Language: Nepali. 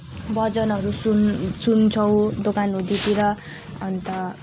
भजनहरू सुन सुन्छौँ दोकान हुँदितिर अन्त